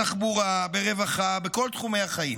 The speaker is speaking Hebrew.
בתחבורה, ברווחה, בכל תחומי החיים.